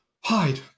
hide